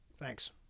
Thanks